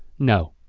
no.